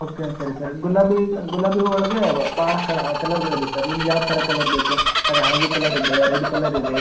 okay ಸರಿ sir ಗುಲಾಬಿ ಗುಲಾಬಿ ಹೂ ಒಳಗೆ ಬಾ ಭಾಳ ಕಲರ್ಗಳು ಇದೆ ಸರ್ ನಿಮಗೆ ಯಾವ ಥರ ಕಲರ್ ಬೇಕು ಸರ್ ಹಳದಿ ಕಲರ್ ಇದೆ ರೆಡ್ ಕಲರ್ ಇದೆ